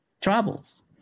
troubles